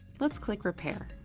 let's click repair.